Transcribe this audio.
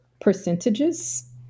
percentages